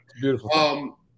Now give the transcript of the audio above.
Beautiful